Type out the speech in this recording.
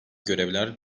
görevler